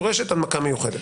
דורשת הנמקה מיוחדת.